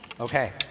Okay